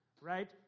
right